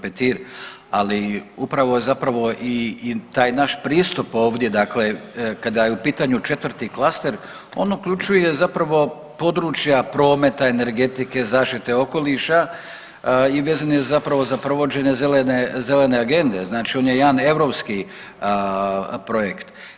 Petir, ali upravo je zapravo i taj naš pristup ovdje dakle kada je u pitanju 4. Klaster on uključuje zapravo područja prometa, energetike, zaštite okoliša i vezan je zapravo za provođenje zelene, zelene agende, znači on je jedan europski projekt.